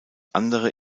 andere